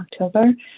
October